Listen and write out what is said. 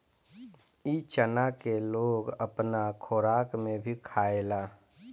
इ चना के लोग अपना खोराक में भी खायेला